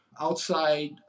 outside